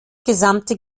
gesamte